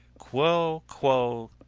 quo, quo,